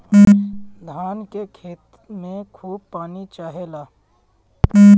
धान के खेत में खूब पानी चाहेला